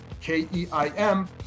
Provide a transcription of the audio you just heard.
K-E-I-M